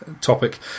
topic